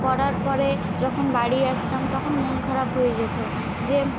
করার পরে যখন বাড়ি আসতাম তখন মন খারাপ হয়ে যেতো যে